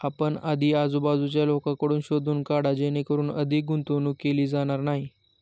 आपण आधी आजूबाजूच्या लोकांकडून शोधून काढा जेणेकरून अधिक गुंतवणूक केली जाणार नाही